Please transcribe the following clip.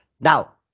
Now